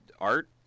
art